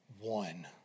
one